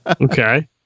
Okay